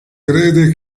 crede